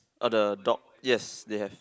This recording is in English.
or the dog yes they have